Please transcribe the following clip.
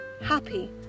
happy